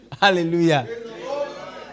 Hallelujah